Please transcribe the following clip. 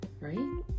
Right